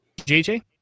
JJ